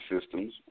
systems